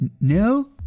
No